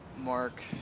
Mark